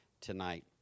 tonight